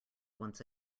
once